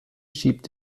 schiebt